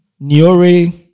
Niore